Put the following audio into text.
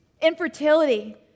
infertility